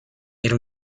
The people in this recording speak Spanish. era